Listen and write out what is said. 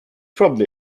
probably